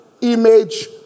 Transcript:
image